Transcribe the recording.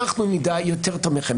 אנחנו נדע יותר טוב מכם.